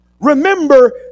remember